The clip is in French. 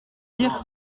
dire